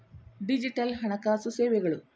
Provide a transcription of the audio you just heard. digital ಹಣಕಾಸು ಸೇವೆಗಳು